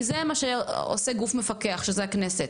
כי זה מה שעושה גוף מפקח, שזה הכנסת.